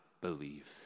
believe